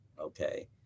Okay